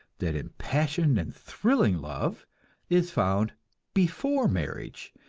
that impassioned and thrilling love is found before marriage,